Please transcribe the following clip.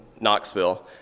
Knoxville